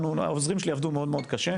העוזרים שלי עבדו מאוד מאוד קשה,